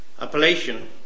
appellation